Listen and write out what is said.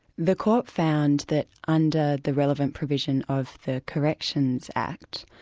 the court found that under the relevant provision of the corrections act,